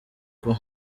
kuba